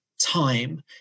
time